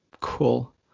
Cool